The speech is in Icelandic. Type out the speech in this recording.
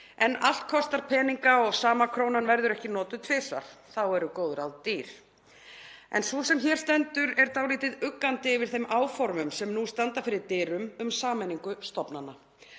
En allt kostar peninga og sama krónan verður ekki notuð tvisvar. Þá eru góð ráð dýr. En sú sem hér stendur er dálítið uggandi yfir þeim áformum sem nú standa fyrir dyrum um sameiningu stofnana.